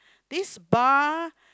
this bar